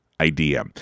idea